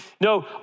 No